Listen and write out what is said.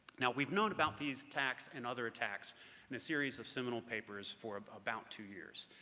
now we've known about these attacks and other attacks in a series of seminal papers for about two years.